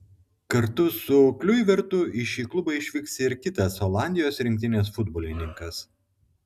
kartu su kliuivertu į šį klubą išvyks ir kitas olandijos rinktinės futbolininkas